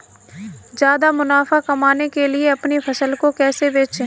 ज्यादा मुनाफा कमाने के लिए अपनी फसल को कैसे बेचें?